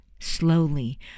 Slowly